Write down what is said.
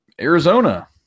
Arizona